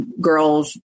girls